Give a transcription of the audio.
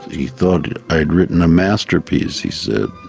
he thought i'd written a masterpiece, he said.